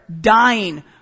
dying